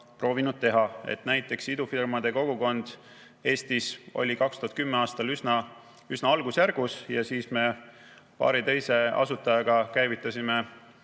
proovinud seda teha. Näiteks oli idufirmade kogukond Eestis 2010. aastal üsna algusjärgus, siis me paari teise asutajaga käivitasime